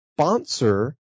sponsor